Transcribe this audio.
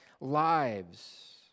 lives